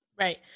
Right